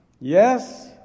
Yes